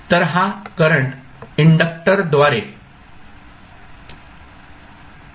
तर हा करंट इंडक्टरद्वारे वाहेल